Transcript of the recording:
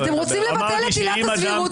אתם רוצים לבטל את עילת הסבירות,